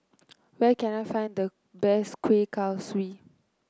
where can I find the best Kueh Kaswi